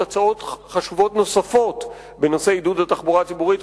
הצעות חשובות נוספות בנושא עידוד התחבורה הציבורית,